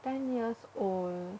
ten years old